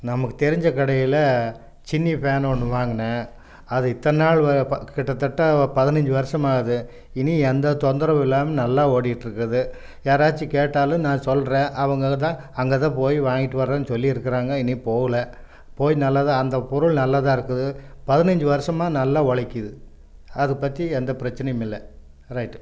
நமக்கு தெரிஞ்ச கடையில் சின்னி ஃபேன் ஒன்று வாங்கினேன் அது இத்தனை நாள் கிட்டத்தட்ட பதினஞ்சு வருடம் ஆகுது இனியும் எந்த தொந்தரவும் இல்லாமல் நல்லா ஓடிகிட்டு இருக்குது யாராச்சும் கேட்டாலும் நான் சொல்கிறேன் அவங்களும் தான் அங்கே தான் போய் வாங்கிகிட்டு வரேன் சொல்லிருக்கிறாங்க இன்னும் போகலை போய் நல்லா தான் அந்த பொருள் நல்லா தான் இருக்குது பதினஞ்சு வருடமா நல்லா உழைக்குது அது பற்றி எந்த பிரச்சனையும் இல்லை ரைட்